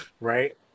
right